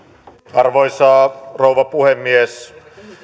arvoisa rouva puhemies